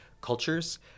cultures